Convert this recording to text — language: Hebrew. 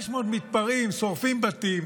500 מתפרעים שורפים בתים,